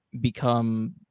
become